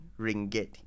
ringgit